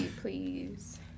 please